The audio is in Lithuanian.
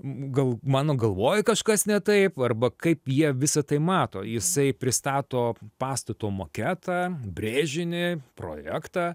gal mano galvoj kažkas ne taip arba kaip jie visa tai mato jisai pristato pastato maketą brėžinį projektą